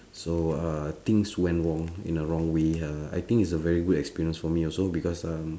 so uh things went wrong in a wrong way uh I think it's a very good experience for me also because um